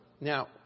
Now